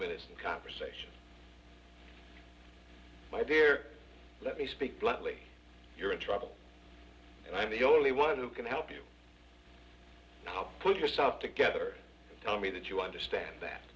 minutes in conversation my dear let me speak bluntly if you're in trouble and i'm the only one who can help you now put yourself together tell me that you understand that